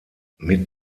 mit